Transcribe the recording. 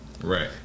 Right